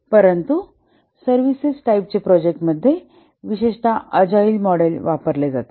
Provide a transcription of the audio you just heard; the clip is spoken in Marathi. परंतु सर्विसेस टाईपचे प्रोजेक्ट मध्ये विशेषत अजाईल मॉडेल वापरले जातात